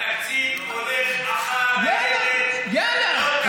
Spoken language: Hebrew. התקציב הולך אחר הילד ולא תלוי, יאללה, יאללה.